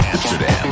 Amsterdam